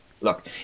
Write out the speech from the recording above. Look